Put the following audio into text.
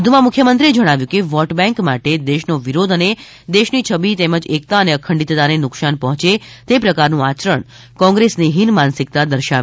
વધુમાં મુખ્યમંત્રીએ જણાવ્યું હતું કે વોટબેન્ક માટે દેશનો વિરોધ અને દેશની છબી તેમજ એકતા અને અખંડિતતાને નુકશાન પહોંચે તે પ્રકારનું આચરણ એ કોંગ્રેસની હીન માનસિકતા દર્શાવે છે